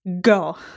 Go